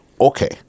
Okay